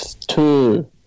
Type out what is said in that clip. two